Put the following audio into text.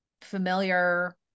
familiar